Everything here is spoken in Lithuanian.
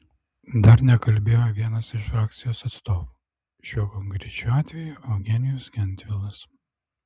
dar nekalbėjo vienas iš frakcijų atstovų šiuo konkrečiu atveju eugenijus gentvilas